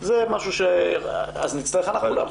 אז נצטרך אנחנו להנחות.